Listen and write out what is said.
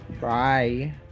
Bye